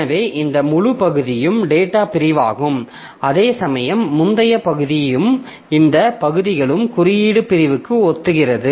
எனவே இந்த முழு பகுதியும் டேட்டாப் பிரிவாகும் அதேசமயம் முந்தைய பகுதியும் இந்த பகுதிகளும் குறியீடு பிரிவுக்கு ஒத்திருக்கிறது